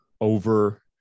over